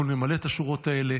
אנחנו נמלא את השורות האלה.